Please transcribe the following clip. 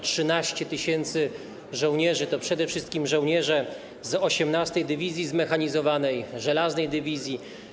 13 tys. żołnierzy to przede wszystkim żołnierze z 18. Dywizji Zmechanizowanej, Żelaznej Dywizji.